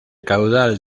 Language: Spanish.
caudal